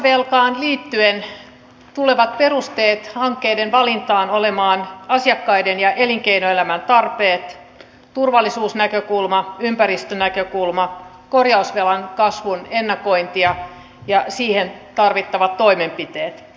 korjausvelkaan liittyen perusteet hankkeiden valintaan tulevat olemaan asiakkaiden ja elinkeinoelämän tarpeet turvallisuusnäkökulma ympäristönäkökulma korjausvelan kasvun ennakointi ja siihen tarvittavat toimenpiteet